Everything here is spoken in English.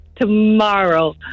tomorrow